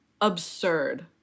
absurd